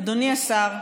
אדוני השר,